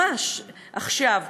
ממש עכשיו: